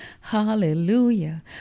Hallelujah